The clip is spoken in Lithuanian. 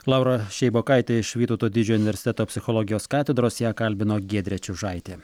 laura šeibokaitė iš vytauto didžiojo universiteto psichologijos katedros ją kalbino giedrė čiužaitė